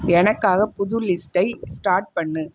எனக்காக புது லிஸ்ட்டை ஸ்டார்ட் பண்ணு